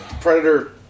Predator